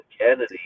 Kennedy